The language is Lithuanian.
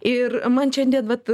ir man šiandien vat